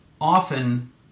often